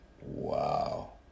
Wow